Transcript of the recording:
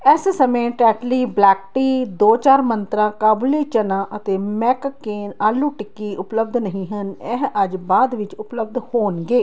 ਇਸ ਸਮੇਂ Tetley black tea ਦੋ ਚਾਰ ਮੰਤਰਾ ਕਾਬੁਲੀ ਚਨਾ ਅਤੇ ਮੈਕਕੇਨ ਆਲੂ ਟਿੱਕੀ ਉਪਲੱਬਧ ਨਹੀਂ ਹਨ ਇਹ ਅੱਜ ਬਾਅਦ ਵਿੱਚ ਉਪਲੱਬਧ ਹੋਣਗੇ